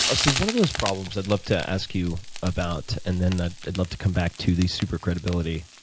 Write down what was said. ah so one of those problems i'd love to ask you about and then ah i'd love to come back to the supercredibility.